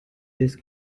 these